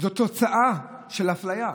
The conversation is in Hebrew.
זאת תוצאה של אפליה,